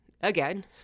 Again